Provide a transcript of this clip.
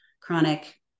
chronic